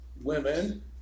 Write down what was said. women